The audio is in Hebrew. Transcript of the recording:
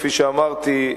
כפי שאמרתי,